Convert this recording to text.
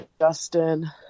Justin